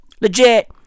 Legit